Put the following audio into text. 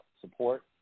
support